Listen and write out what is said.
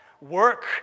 Work